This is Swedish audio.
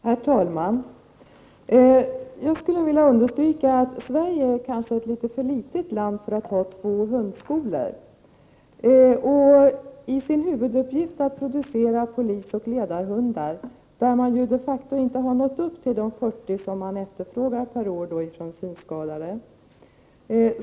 Herr talman! Jag skulle vilja understryka att Sverige kanske är för litet för att ha två hundskolor. Hundskolans huvuduppgift är att producera polisoch ledarhundar. Man har de facto inte nått upp till de fyrtio hundar per år, som efterfrågas av de synskadade.